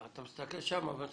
13